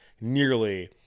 nearly